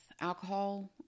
alcohol